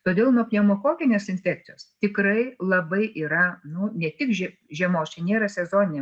todėl nuo pneumokokinės infekcijos tikrai labai yra nu ne tik žie žiemos čia nėra sezoninė